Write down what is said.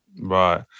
Right